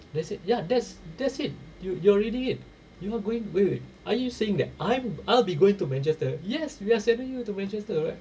that's it ya that's that's it you you already in you are going wait wait wait are you saying that I'm I'll be going to manchester yes we are sending you to manchester alright